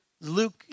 Luke